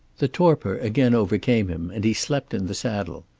the torpor again overcame him and he slept in the saddle.